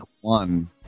one